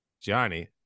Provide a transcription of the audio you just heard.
johnny